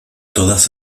todas